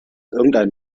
irgendein